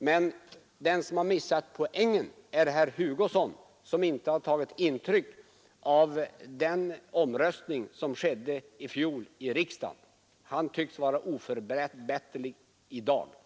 Nej, den som missar poängen i detta fall är herr Hugosson, som inte har tagit intryck av omröstningen i riksdagen i fjol. Herr Hugosson tycks vara helt oförbätterlig i det fallet.